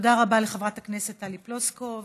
הכנסת טלי פלוסקוב.